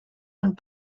and